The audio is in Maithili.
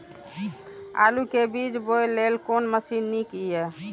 आलु के बीज बोय लेल कोन मशीन नीक ईय?